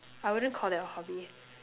I wouldn't call that a hobby